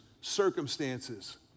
circumstances